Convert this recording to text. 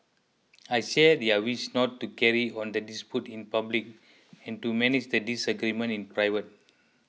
I share their wish not to carry on the dispute in public and to manage the disagreement in private